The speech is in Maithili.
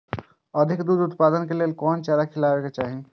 अधिक दूध उत्पादन के लेल कोन चारा खिलाना चाही?